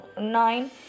Nine